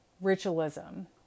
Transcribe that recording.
ritualism